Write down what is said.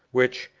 which,